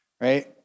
right